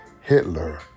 Hitler